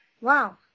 Wow